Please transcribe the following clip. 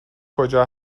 کجا